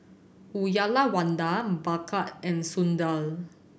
Uyyalawada Bhagat and Sundar